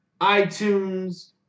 iTunes